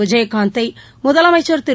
விஜயகாந்த்தை முதலமைச்சர் திரு